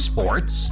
Sports